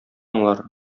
аңлар